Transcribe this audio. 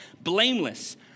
blameless